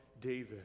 David